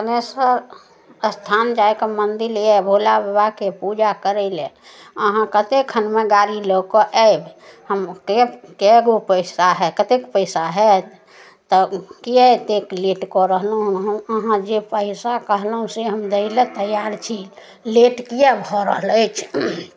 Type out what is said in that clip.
कपिलेश्वर स्थान जाय कऽ मन्दिर यऽ भोला बाबाके पूजा करै लए अहाँ कते खनमे गाड़ी लऽ कऽ आयब हम कए कएगो पैसा होयत कतेक पैसा होयत तऽ किए अतेक लेट कऽ रहलहुॅं हँ हम अहाँ जे पैसा कहलहुॅं से हम दै लए तैयार छी लेट किए भऽ रहल अछि